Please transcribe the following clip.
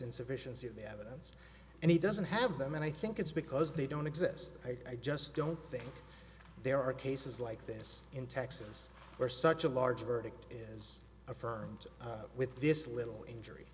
insufficiency of the evidence and he doesn't have them and i think it's because they don't exist i just don't think there are cases like this in texas where such a large verdict is affirmed with this little injury